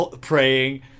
praying